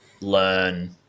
learn